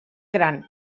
gran